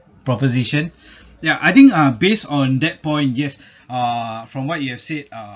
proposition ya I think uh based on that point yes uh from what you have said